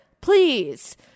please